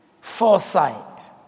foresight